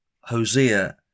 Hosea